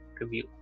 review